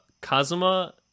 Kazuma